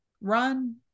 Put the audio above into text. Run